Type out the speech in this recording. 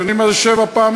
אתם יודעים מה זה שבע פעמים?